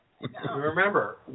Remember